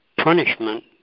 punishment